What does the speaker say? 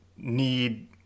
need